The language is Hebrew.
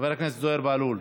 חבר הכנסת זוהיר בהלול,